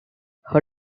her